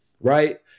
right